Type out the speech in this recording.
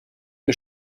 mir